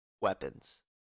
weapons